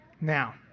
Now